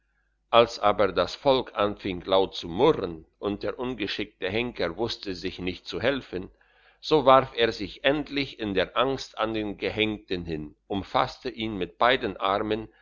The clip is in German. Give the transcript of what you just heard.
als aber das volk anfing laut zu murren und der ungeschickte henker wusste sich nicht zu helfen so warf er sich endlich in der angst an den gehenkten hin umfasste ihn mit beiden armen